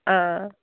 آ